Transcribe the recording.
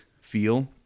feel